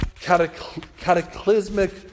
cataclysmic